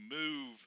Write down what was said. move